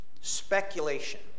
speculation